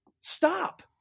Stop